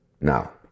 Now